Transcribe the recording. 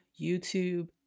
YouTube